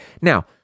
Now